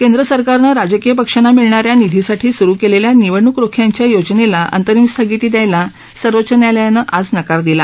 केंद्र सरकारनं राजकीय पक्षांना मिळणाऱ्या निधीसाठी स्रु केलेल्या निवडणूक रोख्यांच्या योजनेला अंतरीम स्थगिती द्यायला सर्वोच्च न्यायालयानं आज नकार दिला